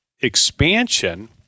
expansion